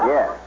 Yes